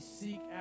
seek